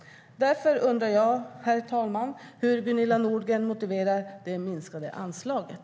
Därför undrar jag, herr talman, hur Gunilla Nordgren motiverar det minskade anslaget.